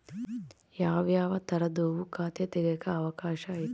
ಯಾವ್ಯಾವ ತರದುವು ಖಾತೆ ತೆಗೆಕ ಅವಕಾಶ ಐತೆ?